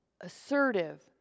assertive